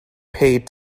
paid